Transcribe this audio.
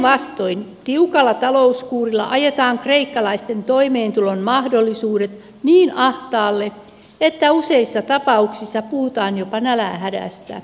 päinvastoin tiukalla talouskuurilla ajetaan kreikkalaisten toimeentulon mahdollisuudet niin ahtaalle että useissa tapauksissa puhutaan jopa nälänhädästä